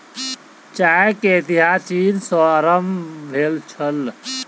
चाय के इतिहास चीन सॅ आरम्भ भेल छल